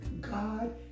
God